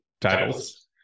titles